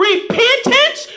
Repentance